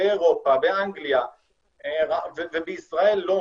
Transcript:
באירופה ובישראל לא,